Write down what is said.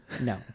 no